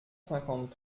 cinquante